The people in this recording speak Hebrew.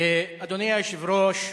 אדוני היושב-ראש,